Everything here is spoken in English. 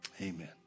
Amen